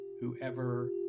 whoever